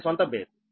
24 p